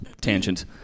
tangent